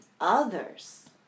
others